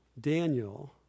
Daniel